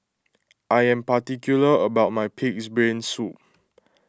I am particular about my Pig's Brain Soup